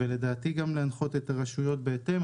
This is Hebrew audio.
ולדעתי גם להנחות את הרשויות בהתאם.